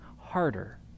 harder